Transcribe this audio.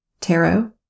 tarot